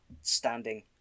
standing